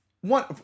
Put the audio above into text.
one